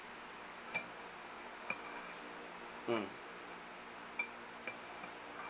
mm